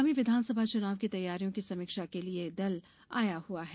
आगामी विधान सभा चुनाव की तैयारियों की समीक्षा लिए ये दल आया हुआ है